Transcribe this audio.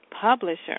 publisher